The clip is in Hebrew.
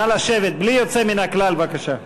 נא לשבת, בלי יוצא מן הכלל, בבקשה.